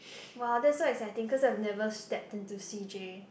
!wow! that's so exciting cause I've never stepped into C_J